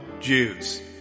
Jews